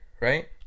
right